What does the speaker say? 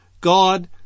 God